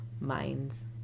Minds